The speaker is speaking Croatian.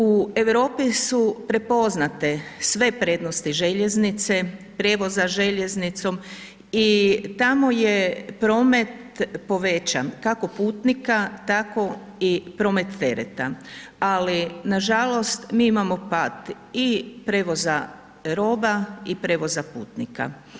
U Europi su prepoznate sve prednosti željeznice, prijevoza željeznicom i tamo je promet povećan, kako putnika, tako i promet tereta, ali nažalost, mi imamo pad i prijevoza roba i prijevoza putnika.